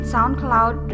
SoundCloud